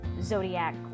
zodiac